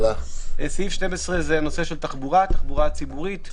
עוסק בנושא תחבורה ציבורית.